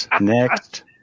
next